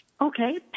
Okay